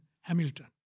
Hamilton